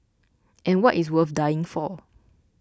and what is worth dying for